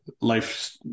life